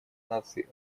наций